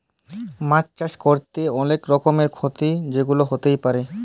মাছ চাষ ক্যরতে যাঁয়ে অলেক রকমের খ্যতি যেগুলা হ্যতে পারে